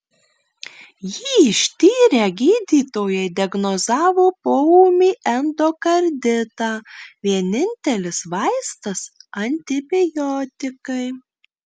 jį ištyrę gydytojai diagnozavo poūmį endokarditą vienintelis vaistas antibiotikai